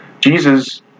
Jesus